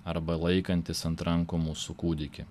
arba laikantys ant rankų mūsų kūdikį